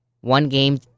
One-game